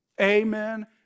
Amen